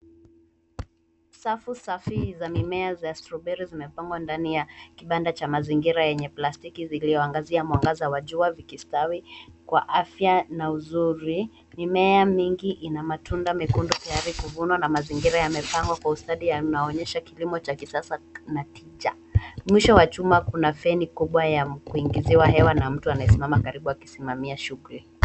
Safu safu za mimea za strawberry zimepangwa ndani ya kibanda cha mazingira yenye plastiki ziliyoangazia mwangaza wa jua vikistawi kwa afya na uzuri. Mimea mingi ina matunda mekundu tayari kuvunwa na mazingira yamepangwa kwa ustadi na inaonyesha kilimo cha kisasa na tija. Mwisho wa chumba kuna feni kubwa ya kuingiziwa hewa na mtu anayesimama karibu akisimamia shughuli.